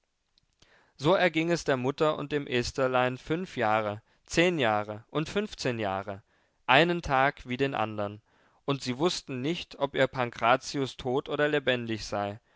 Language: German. so erging es der mutter und dem estherlein fünf jahre zehn jahre und fünfzehn jahre einen tag wie den andern und sie wußten nicht ob ihr pankrazius tot oder lebendig sei